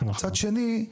ומצד שני,